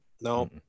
no